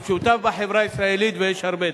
המשותף בחברה הישראלית, ויש הרבה.